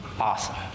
Awesome